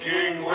King